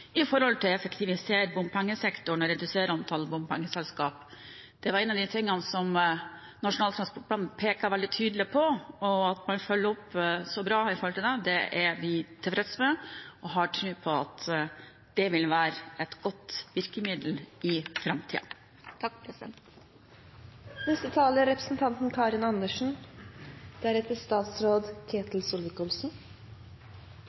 effektivisere bompengesektoren og redusere antall bompengeselskaper. Det var en av de tingene som Nasjonal transportplan pekte veldig tydelig på. At man følger opp det så bra, er vi tilfreds med, og vi har tro på at det vil være et godt virkemiddel i